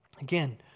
Again